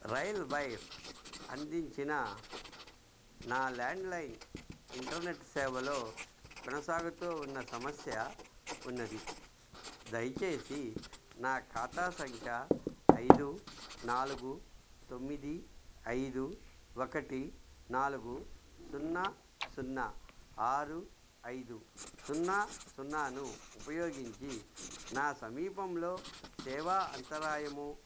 రైల్వైర్ అందించిన నా landline internet సేవలో కొనసాగుతూ ఉన్న సమస్య ఉంది దయచేసి నా ఖాతా సంఖ్య ఐదు నాలుగు తొమ్మిది ఐదు ఒకటి నాలుగు సున్నా సున్నా ఆరు ఐదు సున్నా సున్నాను ఉపయోగించి నా సమీపంలో సేవా అంతరాయము